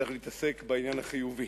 צריך להתעסק גם בעניין החיובי.